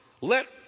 let